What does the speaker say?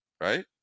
right